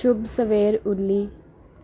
ਸ਼ੁਭ ਸਵੇਰ ਉਲੀ